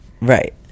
Right